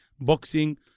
boxing